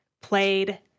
played